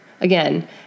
again